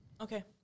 okay